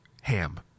ham